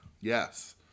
Yes